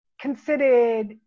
considered